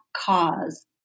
cause